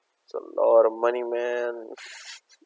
it's a lot of money man